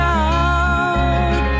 out